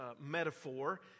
metaphor